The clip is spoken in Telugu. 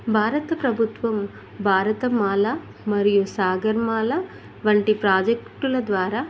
భారత ప్రభుత్వం భారతమాల మరియు సాగర్మాల వంటి ప్రాజెక్టుల ద్వారా